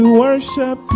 worship